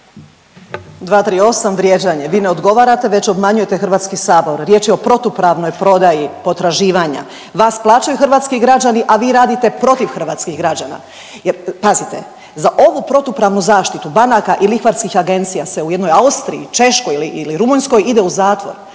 238., vrijeđanje. Vi ne odgovarate već obmanjujete Hrvatski sabor. Riječ je o protupravnoj prodaji potraživanja. Vas plaćaju hrvatski građani, a vi radite protiv hrvatskih građana jer pazite za ovu protupravnu zaštitu banaka i lihvarskih agencija se u jednoj Austriji, Češkoj ili Rumunjskoj ide u zatvor.